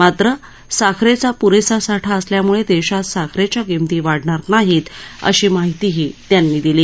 मात्र साखरेचा प्रेसा साठा असल्यामुळे देशात साखरेच्या किमती वाढणार नाहीत अशी माहितीही त्यांनी दिली